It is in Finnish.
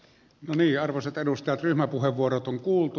arvoisat edustajat ryhmäpuheenvuorot on kuultu